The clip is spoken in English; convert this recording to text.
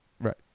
Right